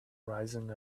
rising